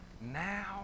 now